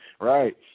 Right